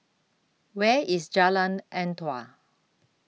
Where IS Jalan Antoi